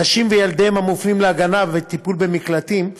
נשים וילדיהן, המופנים להגנה וטיפול במקלטים.